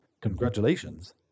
Congratulations